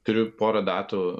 turiu pora datų